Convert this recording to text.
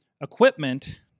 equipment